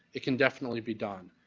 it can definitely be done.